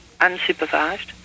unsupervised